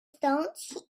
stones